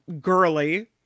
girly